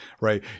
right